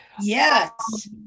yes